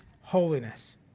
holiness